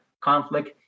conflict